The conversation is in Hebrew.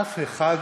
אף אחד